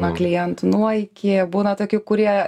nuo klientų nuo iki būna tokių kurie